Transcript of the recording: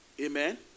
Amen